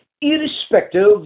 Irrespective